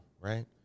right